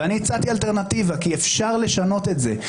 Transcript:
ואני הצעתי אלטרנטיבה, כי אפשר לשנות את זה.